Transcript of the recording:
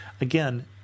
Again